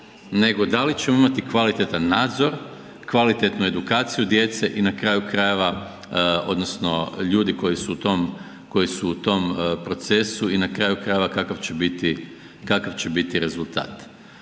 nego da li ćemo imati kvalitetan nadzor, kvalitetnu edukaciju djece i na kraju krajeva, odnosno ljudi koji su u tom procesu i na kraju krajeva kakav će biti rezultat.